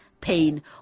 pain